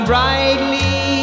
brightly